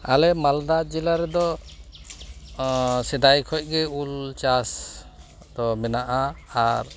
ᱟᱞᱮ ᱢᱟᱞᱫᱟ ᱡᱮᱞᱟᱨᱮ ᱫᱚ ᱥᱮᱫᱟᱭ ᱠᱷᱚᱱᱜᱮ ᱩᱞᱪᱟᱥ ᱫᱚ ᱢᱮᱱᱟᱜᱼᱟ ᱟᱨ